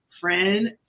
friend